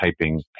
typing